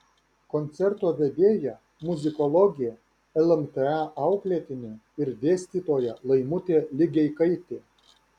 koncerto vedėja muzikologė lmta auklėtinė ir dėstytoja laimutė ligeikaitė